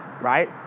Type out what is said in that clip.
right